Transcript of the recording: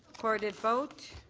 recorded vote.